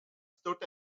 stood